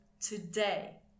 today